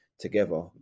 together